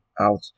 out